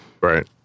Right